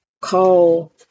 call